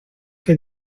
que